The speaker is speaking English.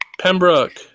Pembroke